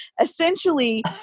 essentially